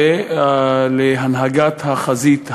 ולהנהגת החזית,